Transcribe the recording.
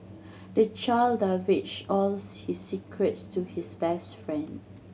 the child divulged all his secrets to his best friend